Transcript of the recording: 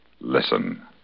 Listen